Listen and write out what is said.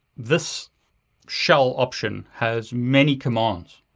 this shell option has many commands.